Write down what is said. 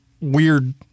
weird